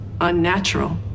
unnatural